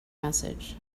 message